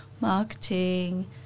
marketing